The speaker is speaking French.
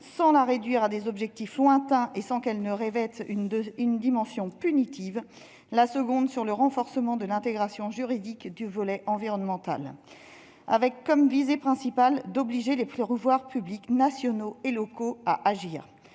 sans la réduire à des objectifs lointains ou lui faire revêtir une dimension punitive. La seconde concerne le renforcement de l'intégration juridique du volet environnemental. Elles ont pour visée principale d'obliger les pouvoirs publics nationaux et locaux à agir.